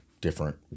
different